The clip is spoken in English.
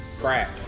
Crack